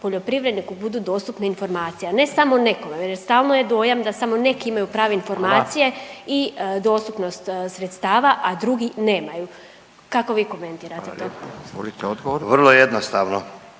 poljoprivredniku budu dostupne informacije, a ne samo nekome. Jer stalno je dojam da samo neki imaju prave informacije … …/Upadica Radin: Hvala./… … i dostupnost sredstava, a drugi nemaju. Kako vi komentirate to? **Radin,